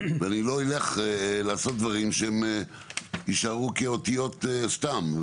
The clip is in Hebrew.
אנחנו לא יכולים לעשות דברים שיישארו כאותיות סתם.